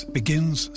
begins